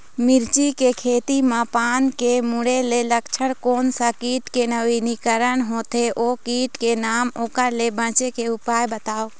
मिर्ची के खेती मा पान के मुड़े के लक्षण कोन सा कीट के नवीनीकरण होथे ओ कीट के नाम ओकर ले बचे के उपाय बताओ?